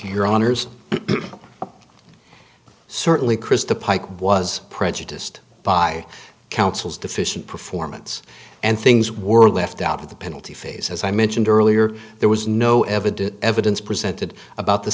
your honors certainly christa pike was prejudiced by counsel's deficient performance and things were left out of the penalty phase as i mentioned earlier there was no evidence evidence presented about the